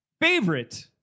favorite